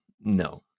no